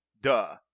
Duh